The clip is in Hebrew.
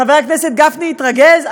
חבר הכנסת גפני התרגז.